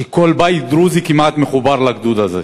כמעט כל בית דרוזי מחובר לגדוד הזה.